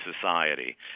society